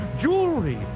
jewelry